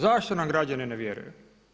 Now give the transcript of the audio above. Zašto nam građani ne vjeruju?